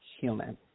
human